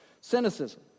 Cynicism